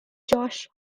josh